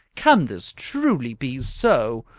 can this truly be so?